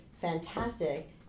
fantastic